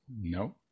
No